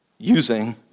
Using